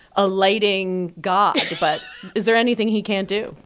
a lighting god. but is there anything he can't do?